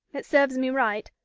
it serves me right.